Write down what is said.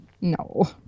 No